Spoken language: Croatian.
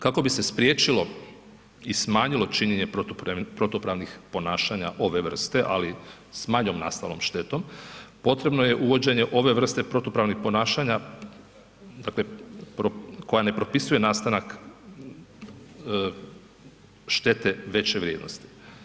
Kako bi se spriječilo i smanjilo činjenje protupravnih ponašanja ove vrste ali s manjom nastalom štetom, potrebno je uvođenje ove vrste protupravnih ponašanja dakle koja ne propisuje nastanak štete veće vrijednosti.